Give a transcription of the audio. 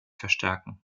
verstärken